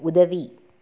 உதவி